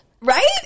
right